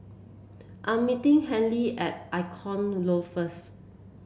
I am meeting Handy at Icon Loft first